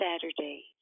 Saturday